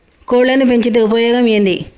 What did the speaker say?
కోళ్లని పెంచితే ఉపయోగం ఏంది?